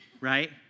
right